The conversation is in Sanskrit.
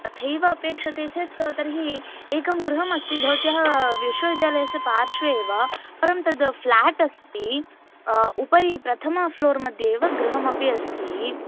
तथैव अपेक्ष्यते चेत् तर्हि एकं गृहम् अस्ति भवत्याः विश्वविद्यालयस्य पार्श्वे एव परं तद् फ़्लेट् अस्ति उपरि प्रथमफ़्लोर् मध्ये एव गृहमपि अस्ति